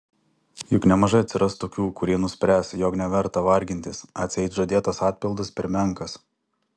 juk nemažai atsiras tokių kurie nuspręs jog neverta vargintis atseit žadėtas atpildas per menkas